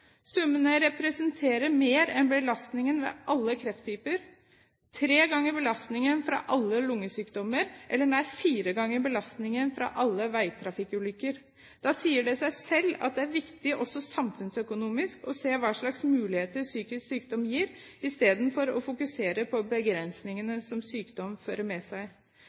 Summene representerer mer enn belastningen av alle krefttyper, tre ganger belastningen fra alle lungesykdommer, eller nær fire ganger belastningen fra alle veitrafikkulykker. Da sier det seg selv at det er viktig også samfunnsøkonomisk å se hva slags muligheter psykisk sykdom gir, istedenfor å fokusere på begrensningene som sykdom fører med seg.